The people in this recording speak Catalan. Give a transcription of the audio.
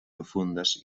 profundes